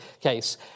case